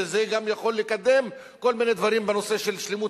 וזה גם יכול לקדם כל מיני דברים בנושא של שלמות